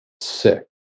sick